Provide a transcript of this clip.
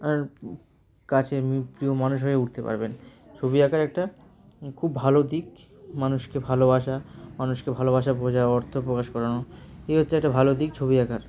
আর কাছে প্রিয় মানুষ হয়ে উঠতে পারবে ছবি আঁকার একটা খুব ভালো দিক মানুষকে ভালোবাসা মানুষকে ভালোবাসা বোঝা অর্থ প্রকাশ করানো এই হচ্ছে একটা ভালো দিক ছবি আঁকার